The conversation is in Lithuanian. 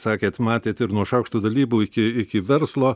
sakėt matėt ir nuo šaukšto dalybų iki iki verslo